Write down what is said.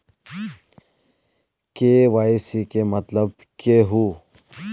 KYC के मतलब केहू?